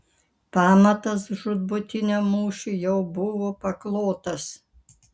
pamatas žūtbūtiniam mūšiui jau buvo paklotas